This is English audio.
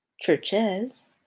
churches